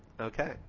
Okay